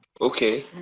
Okay